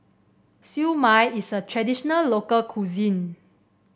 Siew Mai is a traditional local cuisine